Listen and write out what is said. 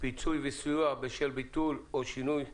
(פיצוי וסיוע בשל ביטול או שינוי בתנאיה)